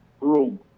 room